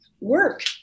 work